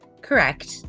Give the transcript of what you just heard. correct